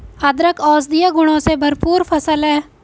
अदरक औषधीय गुणों से भरपूर फसल है